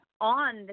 on